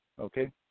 Okay